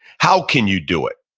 how can you do it?